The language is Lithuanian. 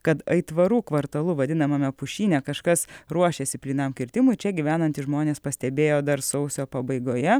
kad aitvarų kvartalu vadinamame pušyne kažkas ruošėsi plynam kirtimui čia gyvenantys žmonės pastebėjo dar sausio pabaigoje